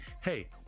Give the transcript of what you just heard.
hey